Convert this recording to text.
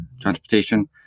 transportation